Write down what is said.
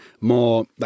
more